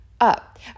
up